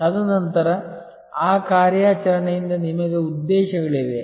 ತದನಂತರ ಆ ಕಾರ್ಯಾಚರಣೆಯಿಂದ ನಿಮಗೆ ಉದ್ದೇಶಗಳಿವೆ